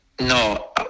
No